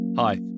Hi